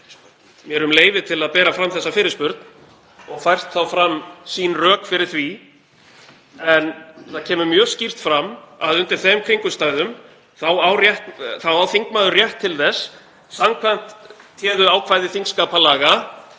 mér um leyfi til að bera fram þessa fyrirspurn og fært þá fram sín rök fyrir því. En það kemur mjög skýrt fram að undir þeim kringumstæðum þá á þingmaður rétt til þess, samkvæmt téðu ákvæði þingskapalaga,